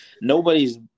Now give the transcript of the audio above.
Nobody's –